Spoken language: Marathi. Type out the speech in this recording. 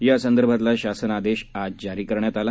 यासंदर्भातला शासन आदेश आज जारी करण्यात आला